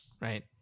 Right